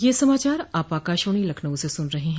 ब्रे क यह समाचार आप आकाशवाणी लखनऊ से सुन रहे हैं